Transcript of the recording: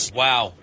wow